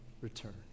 return